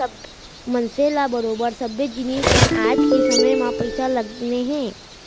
मनसे ल बरोबर सबे जिनिस म आज के समे म पइसा लगने हे